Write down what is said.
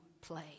play